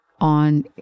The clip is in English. on